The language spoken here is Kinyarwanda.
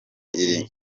iri